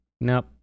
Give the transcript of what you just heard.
Nope